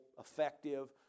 effective